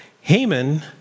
Haman